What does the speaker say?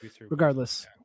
regardless